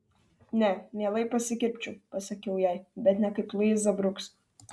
ne mielai pasikirpčiau pasakiau jai bet ne kaip luiza bruks